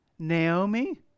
Naomi